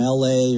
la